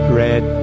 red